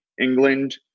England